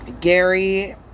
Gary